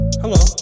Hello